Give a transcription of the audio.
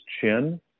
chin